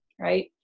Right